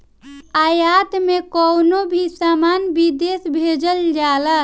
आयात में कवनो भी सामान विदेश भेजल जाला